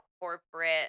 corporate